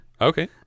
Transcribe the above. Okay